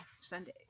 Sunday